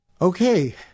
Okay